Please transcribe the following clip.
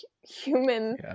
human